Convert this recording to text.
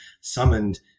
summoned